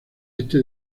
este